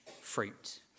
fruit